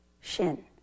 shin